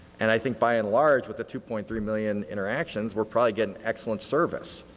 and i think by and large with the two point three million interactions we are probably getting excellent service.